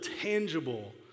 tangible